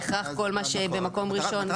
בהכרח כל מה שבמקום ראון מתחזק.